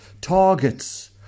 targets